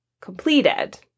completed